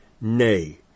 Nay